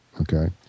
Okay